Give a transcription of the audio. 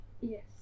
yes